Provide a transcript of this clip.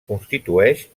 constitueix